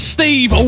Steve